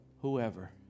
whoever